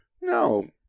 No